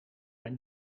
mijn